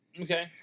Okay